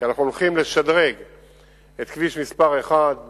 כי אנחנו הולכים לשדרג את כביש 1 בפרויקט